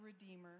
Redeemer